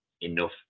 enough